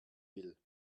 will